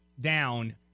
down